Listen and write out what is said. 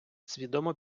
свідомо